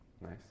Nice